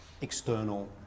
external